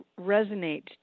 resonate